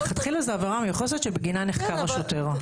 מלכתחילה זו עבירה מיוחסת שבגינה נחקר השוטר.